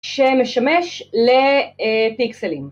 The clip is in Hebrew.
שמשמש לפיקסלים